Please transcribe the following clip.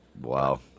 wow